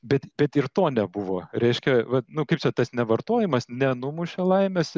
bet bet ir to nebuvo reiškia vat nu kaip čia tas nevartojimas nenumušė laimės